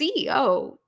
CEO